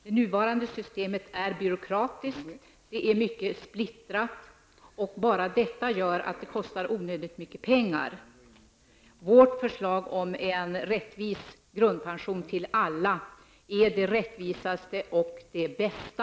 Herr talman! Det nuvarande systemet är byråkratiskt, det är mycket splittrat, och bara detta gör att det kostar onödigt mycket pengar. Vårt förslag om en rättvis grundpension till alla är det mest rättvisa och det bästa.